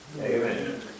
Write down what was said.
Amen